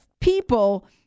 people